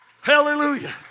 Hallelujah